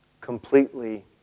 completely